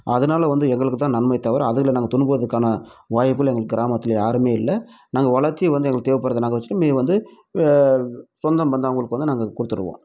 அதனால வந்து எங்களுக்கு தான் நன்மை தவிர அதுங்களை துன்புறுத்துகிறதற்கான வாய்ப்புகள் எங்கள் கிராமத்தில் யாருமே இல்லை நாங்கள் வளர்த்தி வந்து எங்களுக்கு தேவைப்படுறத நாங்கள் வச்சுக்கிட்டு மீதி வந்து சொந்தபந்தங்களுக்கு வந்து நாங்கள் கொடுத்துடுவோம்